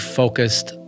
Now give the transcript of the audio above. focused